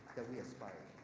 that we aspire